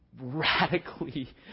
radically